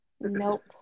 Nope